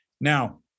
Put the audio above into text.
Now